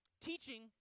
teaching